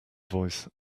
voice